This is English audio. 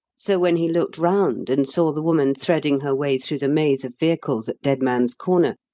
so when he looked round and saw the woman threading her way through the maze of vehicles at dead man's corner,